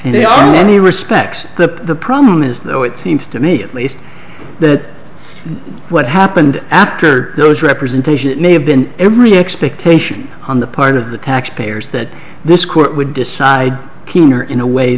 like they are many respects the promise though it seems to me at least that what happened after those representation it may have been every expectation on the part of the taxpayers that this court would decide keener in a way